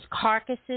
carcasses